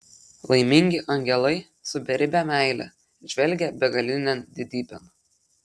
laimingi angelai su beribe meile žvelgią begalinėn didybėn